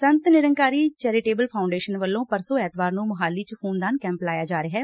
ਸੰਤ Nirankari charitable foundation ਵੱਲੋਂ ਪਰਸੋਂ ਐਤਵਾਰ ਨੂੰ ਮੋਹਾਲੀ ਚ ਖੁਨਦਾਨ ਕੈਂਪ ਲਾਇਆ ਜਾ ਰਿਹੈ